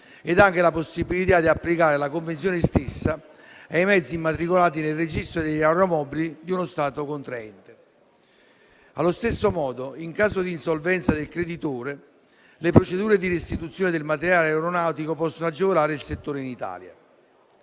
ed anche la possibilità di applicare la Convenzione stessa e i mezzi immatricolati nel registro degli aeromobili di uno Stato contraente. Allo stesso modo, in caso di insolvenza del creditore, le procedure di restituzione del materiale aeronautico possono agevolare il settore in Italia.